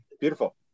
Beautiful